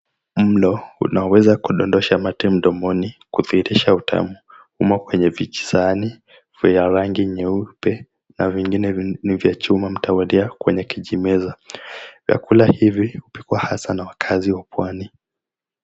Mlo unaweza kudondosha mate mdomoni kudhirisha utamu umo kwenye vijisahani vya rangi nyeupe na vingine ni vya chuma mtawalia kwenye kijimeza, vyakula hivi hupikwa hasa na wakaazi wa pwani.